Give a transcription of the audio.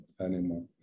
anymore